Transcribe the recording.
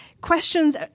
questions